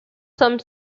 some